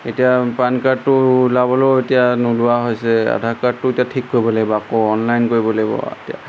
এতিয়া পান কাৰ্ডটো ওলাবলৈও এতিয়া নোলোৱা হৈছে আধাৰ কাৰ্ডটো এতিয়া ঠিক কৰিব লাগিব আকৌ অনলাইন কৰিব লাগিব এতিয়া